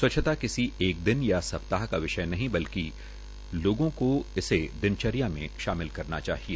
स्वचछता किसी एक दिन या सप्ताह का विषय नहीं बल्कि ये लोगों को दिनचर्या में शामिल करना चाहिए